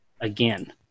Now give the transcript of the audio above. again